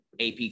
ap